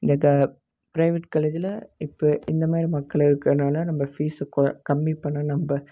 இந்த க பிரைவேட் காலேஜில் இப்போ இந்த மாதிரி மக்கள் இருக்கனால் நம்ம ஃபீஸு கொ கம்மி பண்ண நம்ம